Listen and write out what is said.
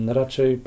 raczej